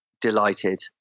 delighted